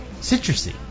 citrusy